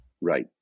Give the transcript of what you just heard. Right